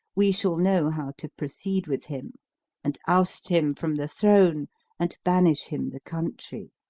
we shall know how to proceed with him and oust him from the throne and banish him the country.